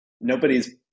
nobody's